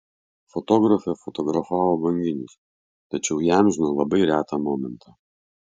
fotografė fotografavo banginius tačiau įamžino labai retą momentą